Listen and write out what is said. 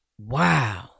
Wow